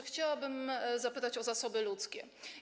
Chciałabym zapytać o zasoby ludzkie.